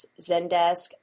Zendesk